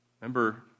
Remember